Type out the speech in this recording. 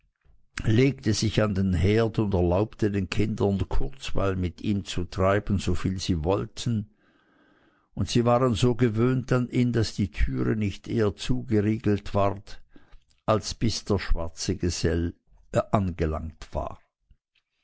legte sich an den herd und erlaubte den kindern kurzweil mit ihm zu treiben so viel sie wollten und sie waren so gewöhnt an ihn daß die türe nicht eher zugeriegelt ward als bis der schwarze gesell angelangt war